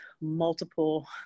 multiple